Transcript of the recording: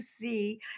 see